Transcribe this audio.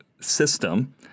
System